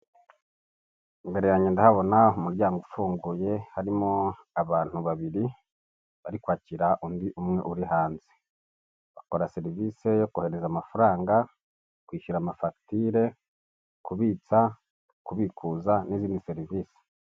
Imbere yanjye ndahabona mu umuryango ufunguye harimo abantu babiri bari kwakira undi umwe uri hanze, bakora serivise yo kohereza amafaranga, kwishyura amafagitire, kubitsa, kubikuza n'izindi serivisi.